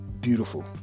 beautiful